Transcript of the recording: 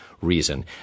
reason